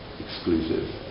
exclusive